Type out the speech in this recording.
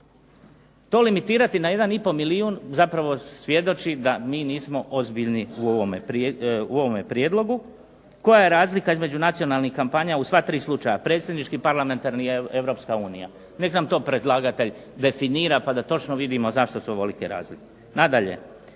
To limitirati na jedan i po milijun zapravo svjedoči da mi nismo ozbiljni u ovome prijedlogu. Koja je razlika između nacionalnih kampanja u sva tri slučaja predsjednički, parlamentarni, Europska unija? Nek nam to predlagatelj definira pa da točno vidimo zašto su ovolike razlike. Nadalje.